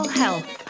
health